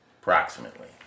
approximately